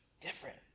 different